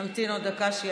נמתין עוד דקה, שיעלו.